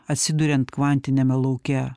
atsiduriant kvantiniame lauke